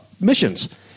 missions